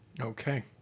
Okay